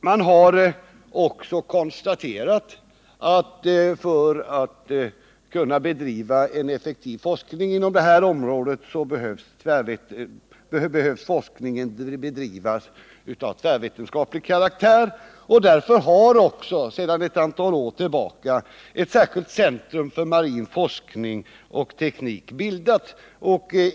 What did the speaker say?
Man har också konstaterat att en effektiv forskning inom det här området måste ha tvärvetenskaplig karaktär, och därför har för ett antal år sedan ett särskilt centrum för marin forskning och teknik bildats.